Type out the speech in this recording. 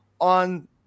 on